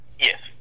Yes